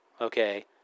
Okay